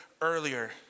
earlier